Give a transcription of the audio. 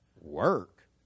work